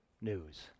news